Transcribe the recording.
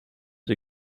der